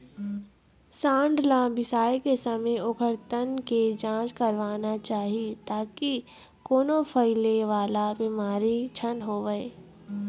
सांड ल बिसाए के समे ओखर तन के जांच करवाना चाही ताकि कोनो फइले वाला बिमारी झन होवय